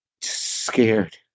Scared